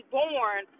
born